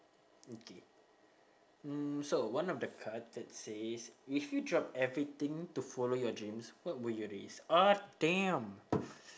okay mm so one of the card that says if you drop everything to follow your dreams what would you risk oh damn